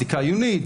בדיקה עיונית,